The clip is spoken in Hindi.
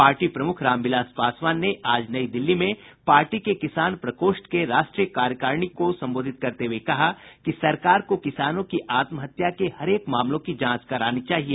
पार्टी प्रमुख रामविलास पासवान ने आज नई दिल्ली में पार्टी के किसान प्रकोष्ठ के राष्ट्रीय कार्यकारिणी को संबोधित करते हुए कहा कि सरकार को किसानों की आत्महत्या के हरेक मामलों की जांच करानी चाहिए